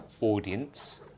audience